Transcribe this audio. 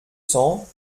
cents